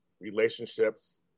relationships